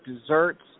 desserts